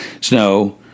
snow